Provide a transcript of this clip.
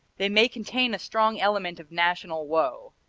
they may contain a strong element of national woe,